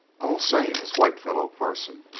all same as whitefellow parson,